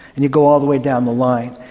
and you go all the way down the line,